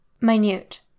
Minute